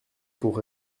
pour